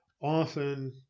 often